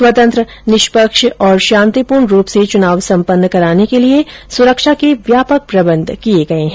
स्वतंत्र निष्पक्ष और शांतिपूर्ण रूप से चुनाव सम्पन्न कराने के लिए सुरक्षा के व्यापक प्रबंध किए गए है